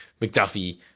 McDuffie